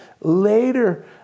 later